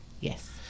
Yes